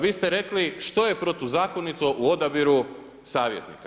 Vi ste rekli što je protuzakonito u odabiru savjetnika?